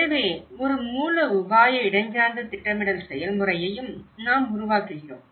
எனவே ஒரு மூல உபாய இடஞ்சார்ந்த திட்டமிடல் செயல்முறையையும் நாம் உருவாக்குகிறோம்